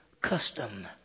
custom